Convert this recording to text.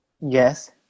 yes